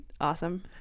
Awesome